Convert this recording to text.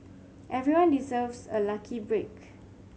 everyone deserves a lucky break